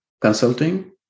consulting